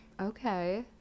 Okay